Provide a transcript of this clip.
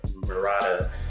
Murata